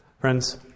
Friends